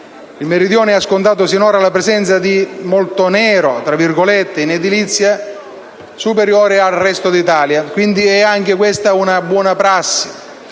Il Meridione ha scontato sinora la presenza di molto nero in edilizia, superiore al resto d'Italia. Quindi, è anche questa una buona prassi.